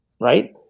Right